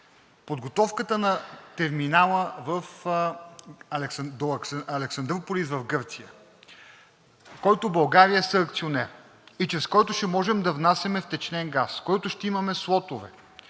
подготовката на терминала до Александруполис в Гърция, в който България е съакционер и чрез който ще може да внасяме втечнен газ, в който ще имаме слотове